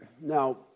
Now